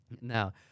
Now